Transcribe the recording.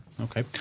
okay